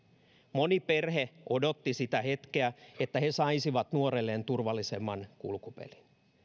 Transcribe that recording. odotti sitä hetkeä että he saisivat nuorelleen turvallisemman kulkupelin